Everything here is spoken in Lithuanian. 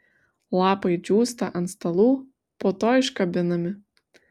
lapai džiūsta ant stalų po to iškabinami